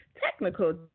technical